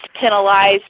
penalized